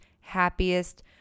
happiest